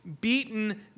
beaten